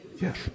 Yes